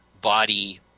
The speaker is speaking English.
body